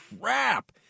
crap